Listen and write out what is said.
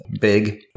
big